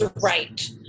right